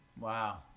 Wow